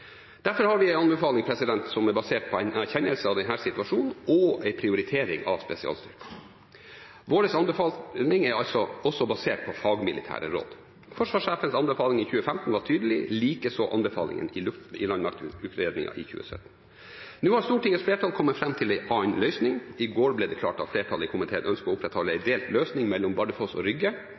Derfor har vi en anbefaling som er basert på en erkjennelse av denne situasjonen og en prioritering av spesialstyrkene. Vår anbefaling er også basert på fagmilitære råd. Forsvarssjefens anbefaling i 2015 var tydelig – likeså anbefalingen i landmaktutredningen i 2017. Nå har Stortingets flertall kommet fram til en annen løsning. I går ble det klart at flertallet i komiteen ønsker å opprettholde en delt løsning mellom Bardufoss og Rygge